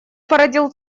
породил